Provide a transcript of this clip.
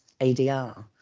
ADR